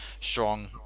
strong